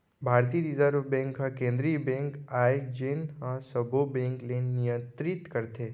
भारतीय reserve bank ह केंद्रीय बेंक आय जेन ह सबो बेंक ल नियतरित करथे